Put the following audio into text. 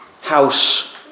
house